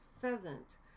pheasant